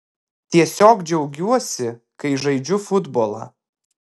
tiesiog džiaugiuosi kai žaidžiu futbolą